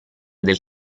del